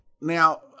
Now